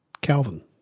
Calvin